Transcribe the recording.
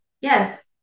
Yes